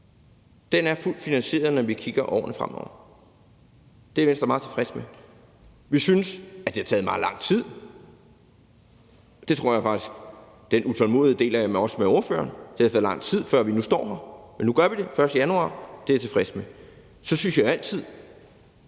Den er fuldt finansieret, når vi kigger på årene fremover. Det er Venstre meget tilfreds med. Vi synes, det har taget meget lang tid. Den utålmodighed deler jeg også med ordføreren, tror jeg faktisk. Det har taget lang tid, før vi nu står der. Men nu gør vi det den 1. januar. Det er jeg tilfreds med. Så vil jeg sige,